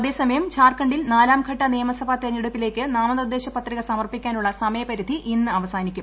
അതേസമയം ഝാർഖണ്ഡിൽ നാലാം ഘട്ട നിയമസഭ തെരഞ്ഞെടുപ്പിലേക്ക് നാമനിർദ്ദേശ പത്രിക സമർപ്പിക്കാനുളള സമയപരിധി ഇന്ന് അവസാനിക്കും